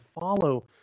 follow